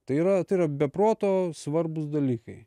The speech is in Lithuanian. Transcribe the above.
tai yra tai yra be proto svarbūs dalykai